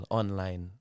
online